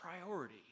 priority